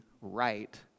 right